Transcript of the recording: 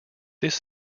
this